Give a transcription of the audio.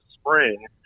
spring